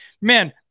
man